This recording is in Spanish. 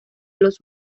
los